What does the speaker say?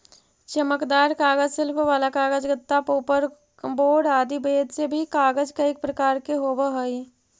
चमकदार कागज, शिल्प वाला कागज, गत्ता, पोपर बोर्ड आदि भेद से भी कागज कईक प्रकार के होवऽ हई